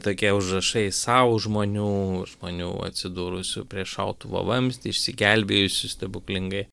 tokie užrašai sau žmonių žmonių atsidūrusių prieš šautuvo vamzdį išsigelbėjusių stebuklingai